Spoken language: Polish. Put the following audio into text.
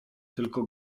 tylko